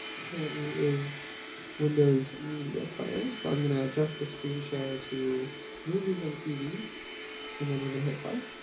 apparently is windows media player. so i'm going to adjust the screen share too movies and tv and then we're going to hit play.